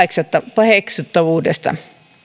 paheksuttavuudesta